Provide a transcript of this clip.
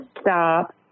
stop